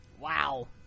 wow